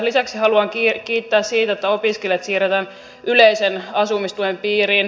lisäksi haluan kiittää siitä että opiskelijat siirretään yleisen asumistuen piiriin